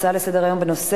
הצעה לסדר-היום מס'